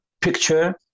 picture